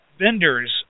vendors